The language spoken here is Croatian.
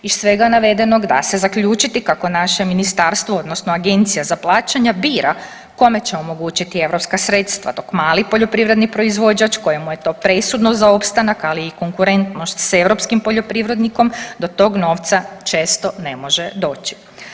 Iz svega navedenog da se zaključiti kako naše ministarstvo odnosno Agencija za plaćanja bira kome će omogućiti europska sredstva, dok mali poljoprivredni proizvođač kojemu je to presudno za opstanak, ali i konkurentnost s europskim poljoprivrednikom do tog novca često ne može doći.